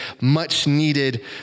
much-needed